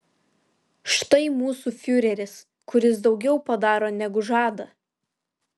štai mūsų fiureris kuris daugiau padaro negu žada